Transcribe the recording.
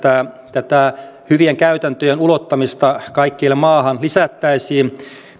hyvien käytäntöjen ulottamista kaikkialle maahan lisättäisiin